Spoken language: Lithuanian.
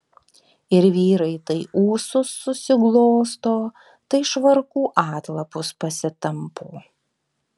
ir vyrai tai ūsus susiglosto tai švarkų atlapus pasitampo